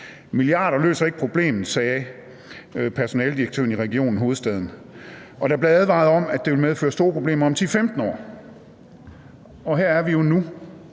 Milliarder løser ikke problemet, sagde personaledirektøren i Region Hovedstaden. Og der blev advaret om, at det ville medføre store problemer om 10-15 år, og her er vi jo nu.